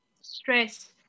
stress